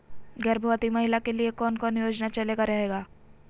गर्भवती महिला के लिए कौन कौन योजना चलेगा रहले है?